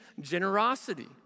generosity